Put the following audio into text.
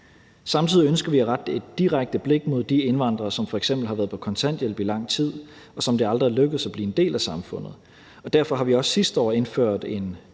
Samtidig ønsker vi at rette et direkte blik mod de indvandrere, som f.eks. har været på kontanthjælp i lang tid, og som det aldrig er lykkedes for at blive en del af samfundet. Derfor indførte vi også sidste år en